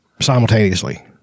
simultaneously